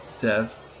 death